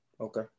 okay